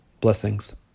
Blessings